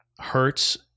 hurts